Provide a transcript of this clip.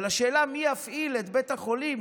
אבל השאלה מי יפעיל את בתי החולים,